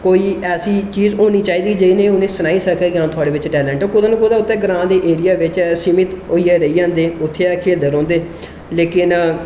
कोई ऐसी चीज़ होनी चाहिदी जेह्ड़ी उ'नें गी सनाई सकै कि थुआढ़े बिच्च टेलैंट ऐ कुतै उत्थै ग्रां दे एरिया बिच्च ऐसे उत्थै गै रेही जंदे उत्थै गै खेलदे रौंहदे लेकिन